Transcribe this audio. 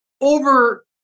Over